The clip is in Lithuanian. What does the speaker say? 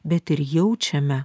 bet ir jaučiame